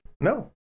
No